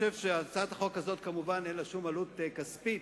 הצעת החוק הזאת, אין לה שום עלות כספית,